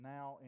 Now